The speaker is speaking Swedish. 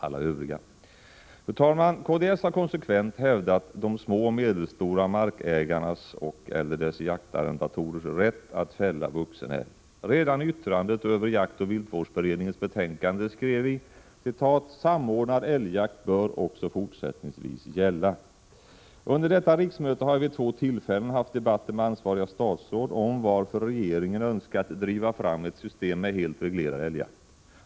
Kds har konsekvent hävdat de små och medelstora markägarnas och/eller deras jaktarrendatorers rätt att fälla vuxen älg. Redan i yttrandet över jaktoch viltvårdsberedningens betänkande skrev kds: ”Samordnad älgjakt bör också fortsättningsvis gälla.” Under detta riksmöte har jag vid två tillfällen haft debatter med ansvariga statsråd om varför regeringen önskat driva fram ett system med helt reglerad älgjakt.